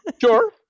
Sure